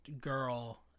girl